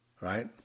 right